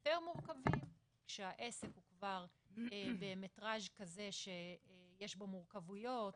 יותר מורכבים שהעסק הוא כבר במטרז' שיש בו מורכבויות,